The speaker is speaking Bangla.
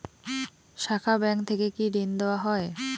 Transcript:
শাখা ব্যাংক থেকে কি ঋণ দেওয়া হয়?